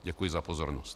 Děkuji za pozornost.